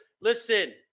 Listen